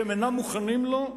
שהם אינם מוכנים לו,